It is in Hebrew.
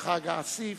כחג האסיף,